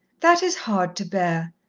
that is hard to bear.